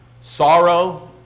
sorrow